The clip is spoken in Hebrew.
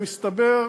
מסתבר,